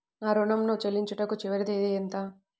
నా ఋణం ను చెల్లించుటకు చివరి తేదీ ఎంత?